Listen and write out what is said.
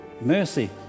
mercy